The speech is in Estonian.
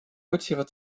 otsivad